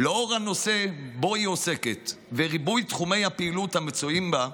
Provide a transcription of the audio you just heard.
לאור הנושא שבו היא עוסקת וריבוי תחומי הפעילות המצויים בה,